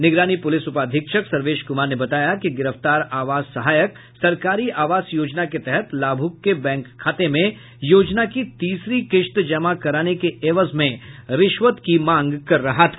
निगरानी पुलिस उपाधीक्षक सर्वेश कुमार ने बताया कि गिरफ्तार आवास सहायक सरकारी आवास योजना के तहत लाभुक के बैंक खाते में योजना की तीसरी किश्त जमा कराने के एवज में रिश्वत की मांग कर रहा था